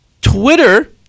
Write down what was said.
Twitter